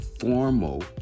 formal